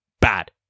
Bad